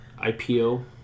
IPO